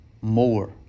more